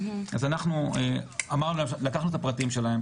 אז אנחנו לקחנו את הפרטים שלהם,